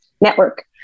network